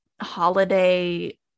Holiday